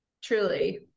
truly